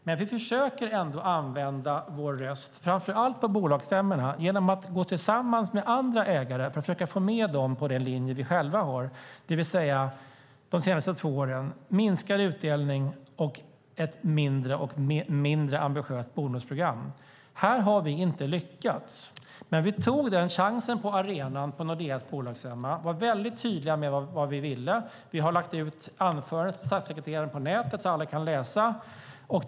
Men vi försöker ändå använda vår röst, framför allt på bolagsstämmorna, genom att försöka få med andra ägare på den linje som vi själva har. De senaste två åren har det handlat om minskad utdelning och ett mindre ambitiöst bonusprogram. Här har vi inte lyckats. Men vi tog den chansen på arenan, på Nordeas bolagsstämma, och var väldigt tydliga med vad vi ville. Vi har lagt ut anförandet av statssekreteraren på nätet, så att alla kan läsa det.